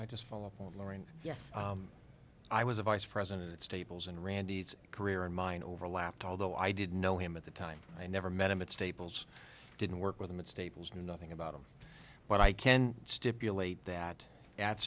i just follow up on lori and yes i was a vice president at staples and randy's career and mine overlapped although i didn't know him at the time i never met him at staples didn't work with him at staples knew nothing about him but i can stipulate that at